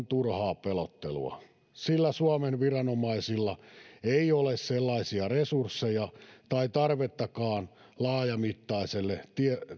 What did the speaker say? turhaa pelottelua sillä suomen viranomaisilla ei ole sellaisia resursseja tai tarvettakaan laajamittaiselle